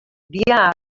dia